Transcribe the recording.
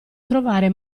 trovare